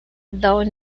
though